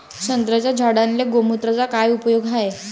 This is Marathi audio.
संत्र्याच्या झाडांले गोमूत्राचा काय उपयोग हाये?